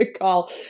call